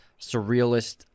surrealist